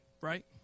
right